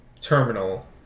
terminal